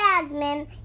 Jasmine